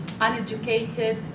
uneducated